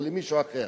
או למישהו אחר.